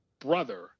brother